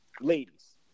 Ladies